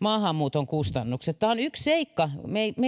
maahanmuuton kustannukset tämä on yksi seikka meillä